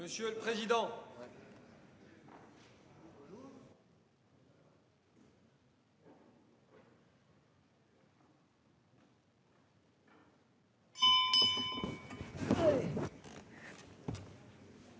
monsieur le président.